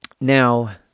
Now